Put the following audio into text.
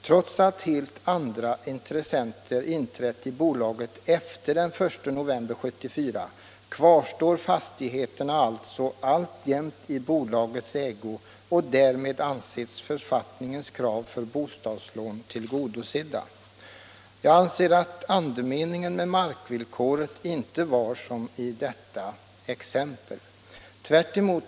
Trots att helt andra intressenter inträtt i bolaget efter den 1 november 1974 kvarstår fastigheterna alltså alltjämt i bolagets ägo, och därmed anses författningens krav för bostadslån tillgodosedda. Jag anser inte att andemeningen med markvillkoret var att detta skulle tillämpas som i det här exemplet.